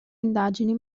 indagini